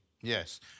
Yes